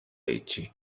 هیچی